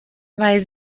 vai